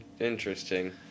Interesting